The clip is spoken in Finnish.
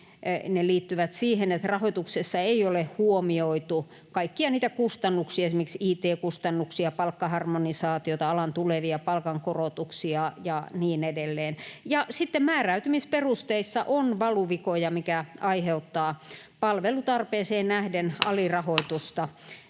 Ne liittyvät siihen, että rahoituksessa ei ole huomioitu kaikkia niitä kustannuksia, esimerkiksi it-kustannuksia, palkkaharmonisaatiota, alan tulevia palkankorotuksia ja niin edelleen. Ja sitten määräytymisperusteissa on valuvikoja, mikä aiheuttaa palvelutarpeeseen nähden alirahoitusta,